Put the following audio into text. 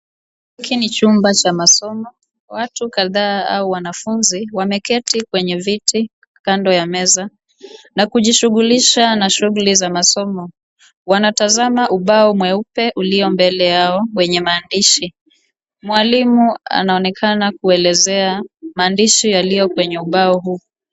Hiki ni chumba cha masomo. Watu kadhaa au wanafunzi wameketi kwenye viti kando ya meza na kujishughulisha na shughuli za masomo. Wanatazama ubao mweupe ulio mbele yao wenye maandishi. Mwalimu anaonekana kuelezea maandishi yaliyo kwenye ubao huu.